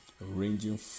ranging